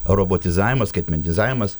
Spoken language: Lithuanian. robotizavimas skaitmenizavimas